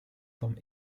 forme